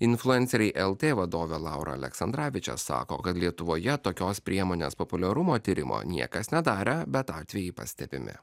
influenceriai lt vadovė laura aleksandravičė sako kad lietuvoje tokios priemonės populiarumo tyrimo niekas nedarė bet atvejai pastebimi